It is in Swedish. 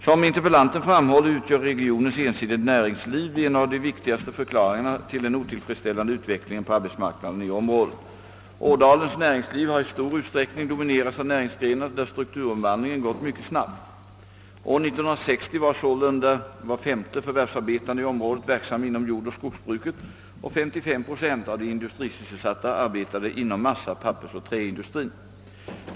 Som interpellanten framhåller utgör regionens ensidiga näringsliv en av de viktigaste förklaringarna till den otillfreds ställande utvecklingen på arbetsmarknaden i området. Ådalens näringsliv har i stor utsträckning dominerats av näringsgrenar, där strukturomvandlingen gått mycket snabbt. År 1960 var sålunda var femte förvärvsarbetande i området verksam inom jordoch skogsbruket och 595 procent av de industrisysselsatta arbetade inom massa-, pappersoch träindustrin.